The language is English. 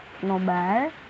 Nobar